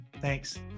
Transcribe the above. Thanks